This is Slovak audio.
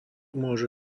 môže